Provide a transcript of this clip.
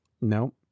No